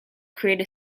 create